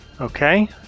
Okay